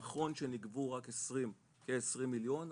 נכון שנגבו רק כ-20 מיליון,